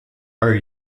are